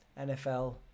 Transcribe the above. NFL